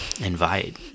Invite